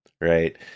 right